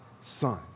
son